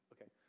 Okay